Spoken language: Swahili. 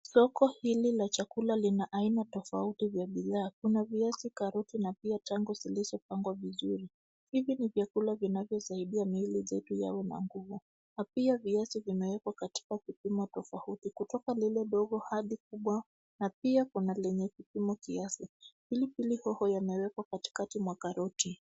Soko hili la chakula lina aina tofauti vya bidhaa. Kuna viazi, karoti na pia matango zilizopangwa vizuri. Hizi ni vyakula vinavyosaidia miili zetu yawe na nguvu na pia viazi vimewekwa katika vipimo tofauti, kutoka lile ndogo hadi kubwa na pia kuna lenye kipimo kiasi. Pilipili hoho yamewekwa katikati mwa karoti.